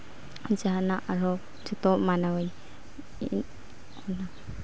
ᱡᱟᱦᱟᱱᱟᱜ ᱟᱨᱦᱚ ᱡᱚᱛᱚ ᱢᱟᱱᱟᱣᱟᱹᱧ ᱚᱱᱟ